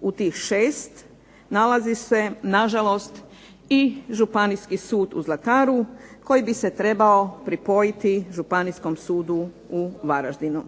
U tih šest nalazi se na žalost i Županijski sud u Zlataru koji bi se trebao pripojiti Županijskom sudu u Varaždinu.